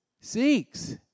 Seeks